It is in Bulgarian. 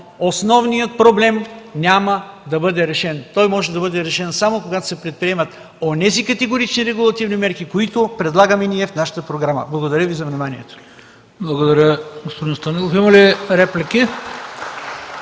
основният проблем няма да бъде решен. Той може да бъде решен само когато се предприемат онези категорични регулативни мерки, които предлагаме ние в нашата програма. Благодаря за вниманието. (Частични ръкопляскания.)